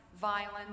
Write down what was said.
violence